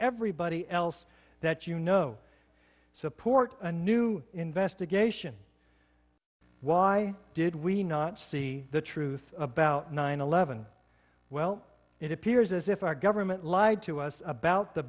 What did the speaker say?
everybody else that you know support a new investigation why did we not see the truth about nine eleven well it appears as if our government lied to us about the